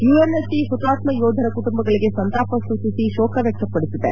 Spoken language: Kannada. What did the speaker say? ಯುಎನ್ಎಸ್ಸಿ ಹುತಾತ್ಮ ಯೋಧರ ಕುಟುಂಬಗಳಿಗೆ ಸಂತಾಪ ಸೂಚಿಸಿ ಶೋಕ ವ್ಯಕ್ತಪಡಿಸಿದೆ